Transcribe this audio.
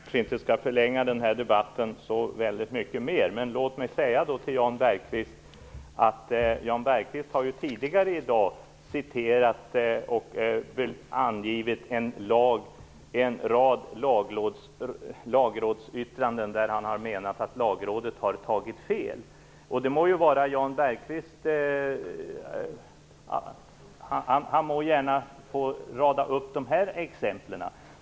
Herr talman! Jag skall kanske inte förlänga debatten så väldigt mycket mer. Låt mig bara säga till Jan Bergqvist, som tidigare i dag har citerat och anfört en rad lagrådsyttranden där han har menat att Lagrådet har tagit fel, att han gärna må rada upp de här exemplen.